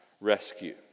rescue